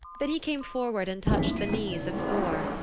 then he came forward and touched the knees of thor.